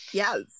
yes